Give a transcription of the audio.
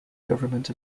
government